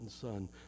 son